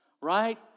right